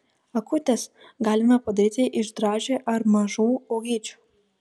akutes galima padaryti iš dražė ar mažų uogyčių